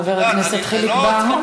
חבר הכנסת חיליק בר,